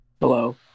hello